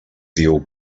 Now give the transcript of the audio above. diu